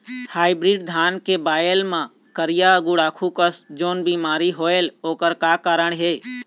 Hybrid धान के बायेल मां करिया गुड़ाखू कस जोन बीमारी होएल ओकर का कारण हे?